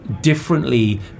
differently